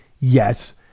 yes